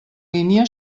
línia